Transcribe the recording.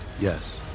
Yes